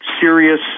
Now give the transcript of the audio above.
serious